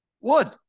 wood